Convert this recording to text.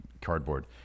cardboard